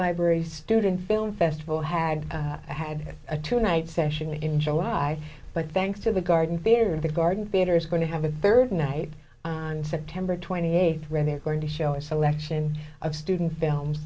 library student film festival had had a two night session in july but thanks to the garden fair and the garden theater is going to have a third night on september twenty eighth when they're going to show a selection of student films